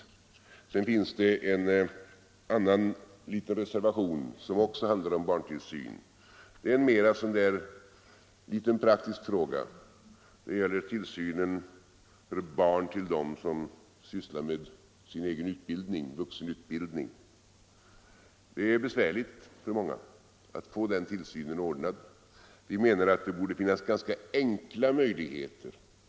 Det finns en annan liten reservation som också handlar om barntillsyn. Den gäller mera en liten praktisk fråga, tillsynen för barn till dem som sysslar med sin egen utbildning, vuxenutbildning. Det är besvärligt för många att få den barntillsynen ordnad. Vi menar att det borde finnas ganska enkla möjligheter till lösningar.